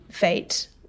fate